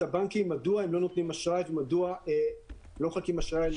הבנקים מדוע הם לא נותנים אשראי ומדוע לא מחלקים אשראי.